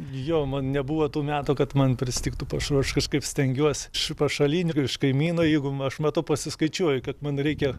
jo man nebuvo tų metų kad man pristigtų pašarų aš kažkaip stengiuos iš pašalinių iš kaimyno jeigu aš matau pasiskaičiuoju kad man reikia